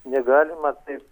negalima taip